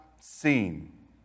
seen